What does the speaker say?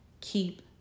keep